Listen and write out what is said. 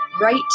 right